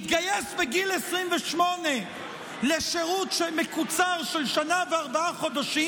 התגייס בגיל 28 לשירות מקוצר של שנה וארבעה חודשים,